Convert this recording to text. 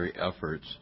efforts